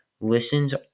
listens